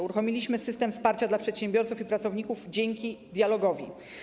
Uruchomiliśmy system wsparcia dla przedsiębiorców i pracowników dzięki dialogowi.